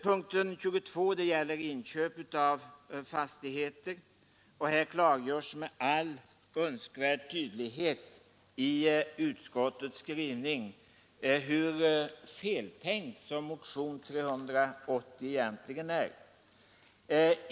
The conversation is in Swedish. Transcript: Punkten 22 gäller inköp av fastigheter, och här klargörs med all önskvärd tydlighet i utskottets skrivning hur feltänkt motionen 380 egentligen är.